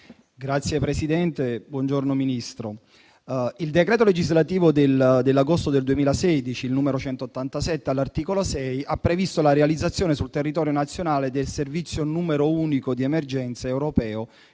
Signora Presidente, signor Ministro, il decreto legislativo n. 187 del 2016, all'articolo 6, ha previsto la realizzazione sul territorio nazionale del servizio Numero unico di emergenza europeo